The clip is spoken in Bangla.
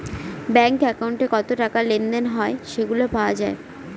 ব্যাঙ্ক একাউন্টে কত টাকা লেনদেন হয় সেগুলা পাওয়া যায়